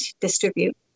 distribute